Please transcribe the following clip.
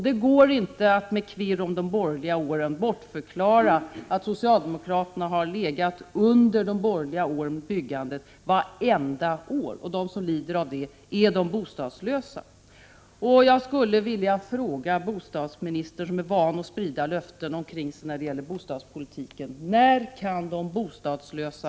Det går inte att med kvirr om de borgerliga åren bortförklara att socialdemokraterna har legat under de borgerliga årens byggande vartenda år. De som lider av det är de bostadslösa.